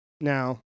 now